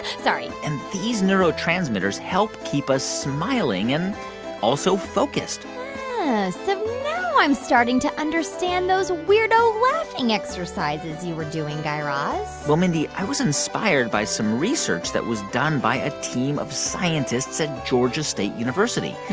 sorry and these neurotransmitters help keep us smiling and also focused so now i'm starting to understand those weirdo laughing exercises you were doing, guy raz well, mindy, i was inspired by some research that was done by a team of scientists at georgia state university.